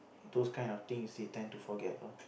those kind of things they tend to forgot loh